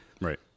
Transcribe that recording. right